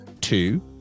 two